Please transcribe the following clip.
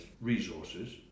resources